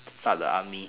start the army